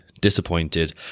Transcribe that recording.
disappointed